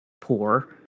poor